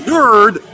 Nerd